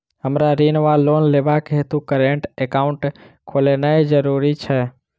हमरा ऋण वा लोन लेबाक हेतु करेन्ट एकाउंट खोलेनैय जरूरी छै?